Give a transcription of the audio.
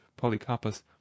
Polycarpus